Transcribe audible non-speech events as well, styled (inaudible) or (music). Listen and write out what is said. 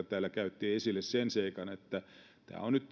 (unintelligible) täällä käytti toi esille sen seikan että tämä liittyy nyt (unintelligible)